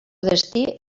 destí